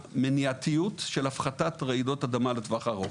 מהמניעתיות של הפחתת רעידות אדמה לטווח ארוך.